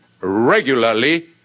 regularly